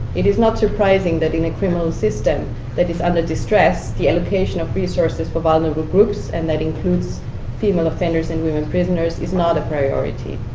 it is not surprising that in a criminal system that is under distress, the allocation of resources for vulnerable groups and that includes female offenders and women prisoners is not a priority.